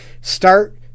start